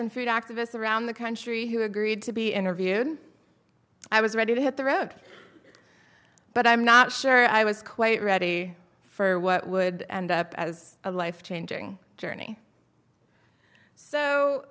and food activists around the country who agreed to be interviewed i was ready to hit the road but i'm not sure i was quite ready for what would end up as a life changing journey so